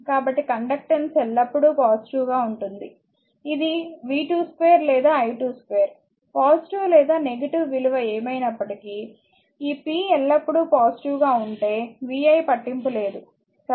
కాబట్టి కండక్టెన్స్ ఎల్లప్పుడూ పాజిటివ్ గా ఉంటుంది ఇది v22 లేదా i22 పాజిటివ్ లేదా నెగిటివ్ విలువ ఏమైనప్పటికీ ఈ p ఎల్లప్పుడూ పాజిటివ్ గా ఉంటే vi పట్టింపు లేదు సరే